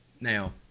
Now